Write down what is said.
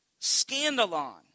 Scandalon